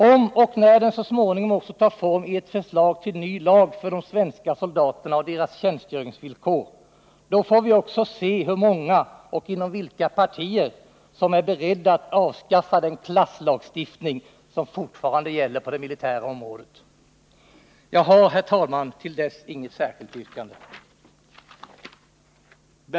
Om och när den så småningom också tar form i ett förslag till ny lag för de svenska soldaterna och deras tjänstgöringsvillkor, får vi också se hur många — och inom vilka partier — som är beredda att avskaffa den klasslagstiftning som fortfarande gäller på det militära området. Jag har, herr talman, till dess inget särskilt yrkande.